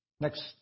next